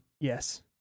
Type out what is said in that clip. Yes